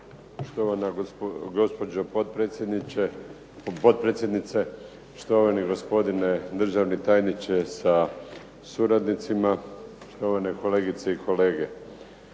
Štovana gospođo potpredsjednice, štovani gospodine državni tajniče sa suradnicima, štovane kolegice i kolege.